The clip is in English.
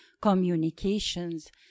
communications